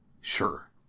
Sure